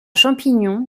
champignon